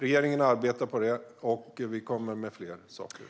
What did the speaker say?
Regeringen arbetar med detta, och vi kommer med fler saker.